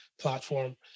platform